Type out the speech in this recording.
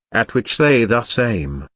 at which they thus aim,